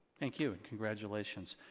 thank you and congratulations.